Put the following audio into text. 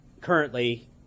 currently